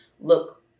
look